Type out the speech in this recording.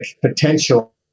potential